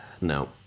no